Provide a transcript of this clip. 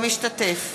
משתתף